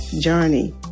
journey